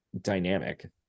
dynamic